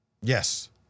Yes